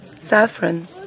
saffron